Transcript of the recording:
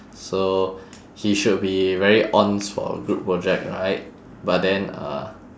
so he should be very onz for group project right but then uh